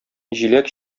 җиләк